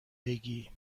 بگی